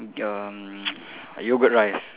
um yogurt rice